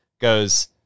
goes